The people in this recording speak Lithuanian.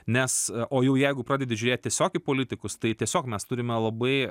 nes o jau jeigu pradedi žiūrėti tiesiog į politikus tai tiesiog mes turime labai